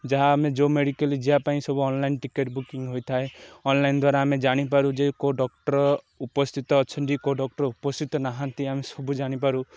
ଯାହା ଆମେ ଯେଉଁ ମେଡ଼ିକାଲ ଯିବାପାଇଁ ସବୁ ଅନଲାଇନ୍ ଟିକେଟ୍ ବୁକିଂ ହୋଇଥାଏ ଅନଲାଇନ୍ ଦ୍ଵାରା ଆମେ ଜାଣିପାରୁ ଯେ କେଉଁ ଡକ୍ଟର ଉପସ୍ଥିତ ଅଛନ୍ତି କେଉଁ ଡକ୍ଟର ଉପସ୍ଥିତ ନାହାନ୍ତି ଆମେ ସବୁ ଜାଣିପାରୁ